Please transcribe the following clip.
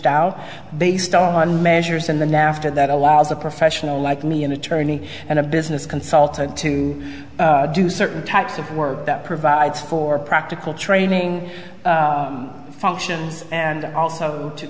doubt based on measures in the nafta that allows a professional like me an attorney and a business consultant to do certain types of work that provides for practical training functions and also